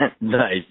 Nice